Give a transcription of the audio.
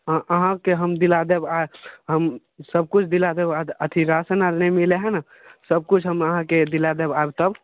हँ अहाँके हम दिला देब आ हम सब किछु दिला देब आ अथी राशन आर नहि मिलैत हय ने सब किछु हम अहाँके दिला देब आ तब